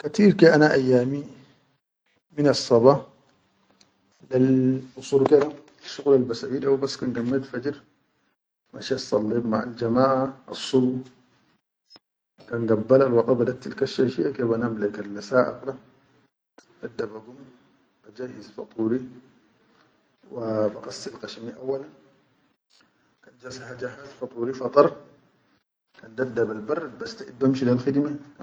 Katir ke ana ayyami minas saba, bal shakwal basawwi hu dabas kan gammate min fajir, mashet sallet maʼan jamaʼa, assu kan gabbal waqit tal kassha shiye ke ba nam ke le saʼa dadda bagum bajahis faduri wa khassil kashimi auwal kan ja has faduri dadda bal barrat bas takit lel khidime.